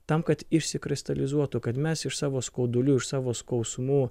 tam kad išsikristalizuotų kad mes iš savo skaudulių iš savo skausmų